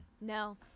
No